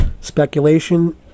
Speculation